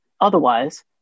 otherwise